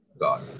god